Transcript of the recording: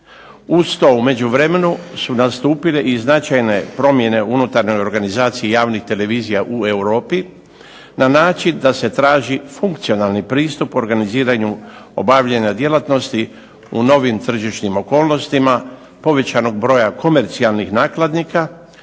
Uz to u međuvremenu su nastupile i značajne promjene unutar organizacije javnih televizija u Europi na način da se traži funkcionalni pristup organiziranju obavljanja djelatnosti u novim tržišnim okolnostima, povećanog broja komercijalnih nakladnika,